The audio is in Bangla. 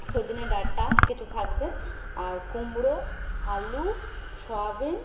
সজনে ডাঁটা কিছু থাকবে আর কুমড়ো আলু সয়াবিন